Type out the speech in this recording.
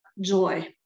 joy